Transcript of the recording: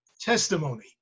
testimony